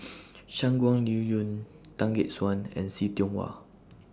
Shangguan Liuyun Tan Gek Suan and See Tiong Wah